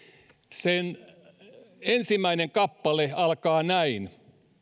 ensimmäinen kappale alkaa näin